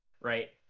right